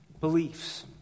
beliefs